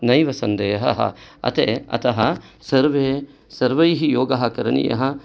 नैव सन्देहः अतः अतः सर्वे सर्वैः योगः करनीयः